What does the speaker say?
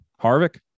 Harvick